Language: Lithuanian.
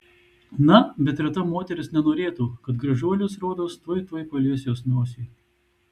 na bet reta moteris nenorėtų kad gražuolis rodos tuoj tuoj palies jos nosį